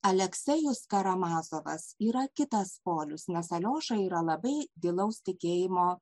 aleksejus karamazovas yra kitas polius nes alioša yra labai gilaus tikėjimo